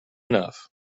enough